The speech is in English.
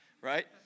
right